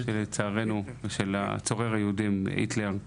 לצערנו, של צורר היהודים, היטלר.